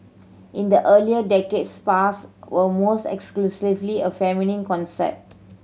in the earlier decades spas were almost exclusively a feminine concept